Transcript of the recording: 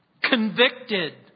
Convicted